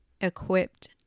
equipped